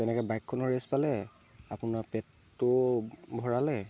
তেনেকৈ বাইকখনৰ ৰেষ্ট পালে আপোনাৰ পেটটোও ভৰালে